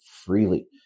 freely